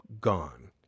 gone